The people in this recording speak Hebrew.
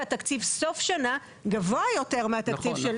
תקציב סוף השנה גבוה יותר מהתקציב של תחילת השנה.